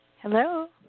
Hello